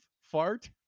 fart